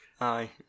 aye